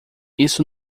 isso